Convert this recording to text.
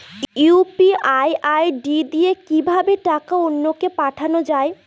UPI ID দিয়ে কিভাবে টাকা অন্য কে পাঠানো যায়?